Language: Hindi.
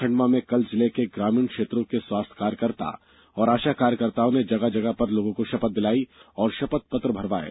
खंडवा में कल जिले के ग्रामीण क्षेत्रों के स्वास्थ्य कार्यताओं और आशा कार्यकर्ताओं ने जगह जगह पर लोगों को शपथ दिलाई और शपथ पत्र भरवाये